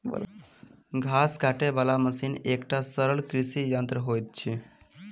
घास काटय बला मशीन एकटा सरल कृषि यंत्र होइत अछि